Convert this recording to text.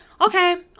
Okay